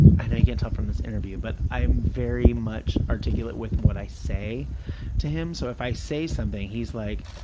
i know you can't tell from this interview, but i am very much articulate with what i say to him. so, if i say something, he's like,